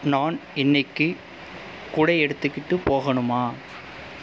நான் இன்னைக்கி குடை எடுத்துக்கிட்டு போகணுமா